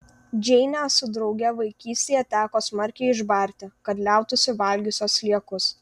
džeinę su drauge vaikystėje teko smarkiai išbarti kad liautųsi valgiusios sliekus